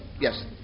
yes